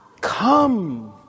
Come